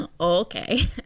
Okay